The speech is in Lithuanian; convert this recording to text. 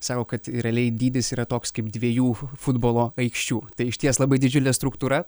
sako kad realiai dydis yra toks kaip dviejų futbolo aikščių tai išties labai didžiulė struktūra